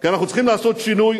כי אנחנו צריכים לעשות שינוי